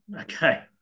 okay